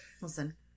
Listen